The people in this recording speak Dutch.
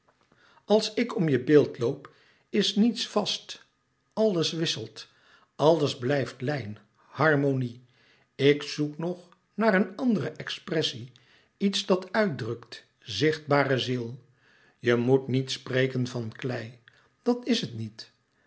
als ik om je beeld loop is niets vast alles wisselt alles blijft lijn harmonie ik zoek nog naar een andere expressie iets dat uitdrukt zichtbare ziel je moet niet spreken van klei dat is het niet